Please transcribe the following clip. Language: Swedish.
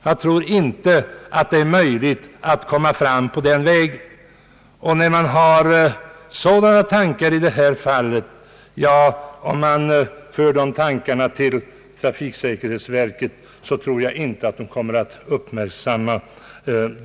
Jag tror inte detta är en framkomlig väg, och jag tror inte heller att trafiksäkerhetsverket skulle ägna sådana tankegångar någon större uppmärksamhet.